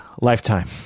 Lifetime